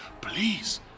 Please